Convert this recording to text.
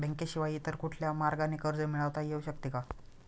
बँकेशिवाय इतर कुठल्या मार्गाने कर्ज मिळविता येऊ शकते का?